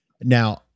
now